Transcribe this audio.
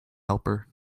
helper